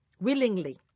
willingly